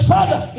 Father